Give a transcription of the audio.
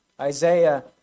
Isaiah